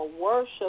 worship